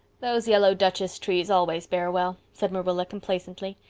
those yellow duchess trees always bear well, said marilla complacently.